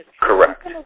Correct